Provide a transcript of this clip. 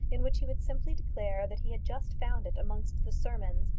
in which he would simply declare that he had just found it amongst the sermons,